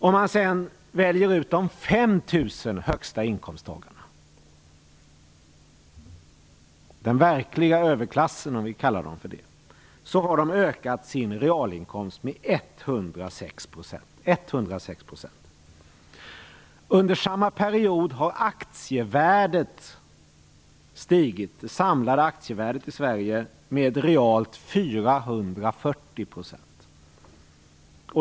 Om man sedan väljer ut de 5 000 personer som har högst inkomster - den verkliga överklassen om vi vill kalla dem för det - ser man att de har ökat sin realinkomst med 106 %. Under samma period har det samlade aktievärdet i Sverige stigit med realt 440 %.